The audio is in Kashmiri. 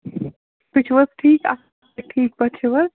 تُہۍ چھِو حظ ٹھیٖک اَصٕل پٲٹھۍ ٹھیٖک پٲٹھۍ چھِو حظ